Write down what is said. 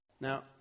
Now